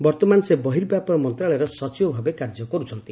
ବର୍ତ୍ତମାନ ସେ ବର୍ହିବ୍ୟାପାର ମନ୍ତ୍ରଣାଳୟର ସଚିବ ଭାବେ କାର୍ଯ୍ୟ କରୁଛନ୍ତି